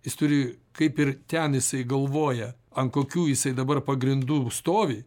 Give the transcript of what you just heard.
jis turi kaip ir ten jisai galvoja ant kokių jisai dabar pagrindų stovi